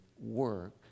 work